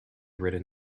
written